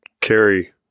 carry